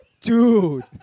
Dude